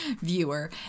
viewer